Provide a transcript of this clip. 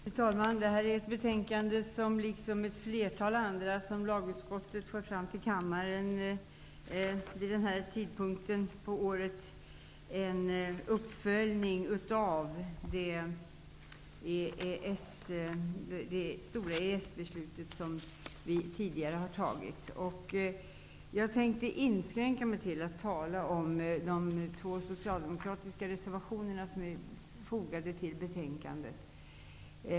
Fru talman! Det här betänkandet är, liksom ett flertal andra betänkanden som lagutskottet för fram till kammaren vid den här tidpunkten på året, en uppföljning av det EES-beslut som vi tidigare har fattat. Jag tänker inskränka mig till att tala om de två socialdemokratiska reservationerna som är fogade till betänkandet.